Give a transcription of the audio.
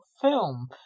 film